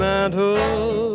Mantle